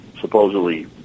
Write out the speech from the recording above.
supposedly